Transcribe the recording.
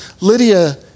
Lydia